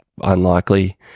unlikely